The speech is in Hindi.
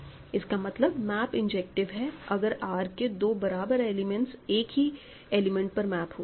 इसका मतलब मैप इंजेक्टिव है अगर R के दो बराबर एलिमेंट्स एक ही एलिमेंट पर मैप हो जाएं